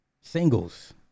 singles